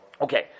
Okay